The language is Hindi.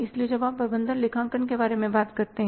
इसलिए जब आप प्रबंधन लेखांकन के बारे में बात करते हैं